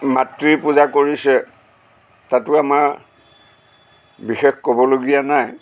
মাতৃ পূজা কৰিছে তাতো আমাৰ বিশেষ ক'বলগীয়া নাই